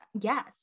Yes